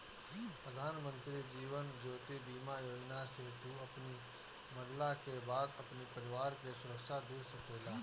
प्रधानमंत्री जीवन ज्योति बीमा योजना से तू अपनी मरला के बाद अपनी परिवार के सुरक्षा दे सकेला